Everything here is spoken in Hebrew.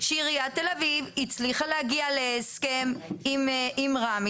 שעיריית תל אביב הצליחה להגיע להסכם עם רשות